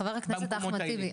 חבר הכנסת אחמד טיבי,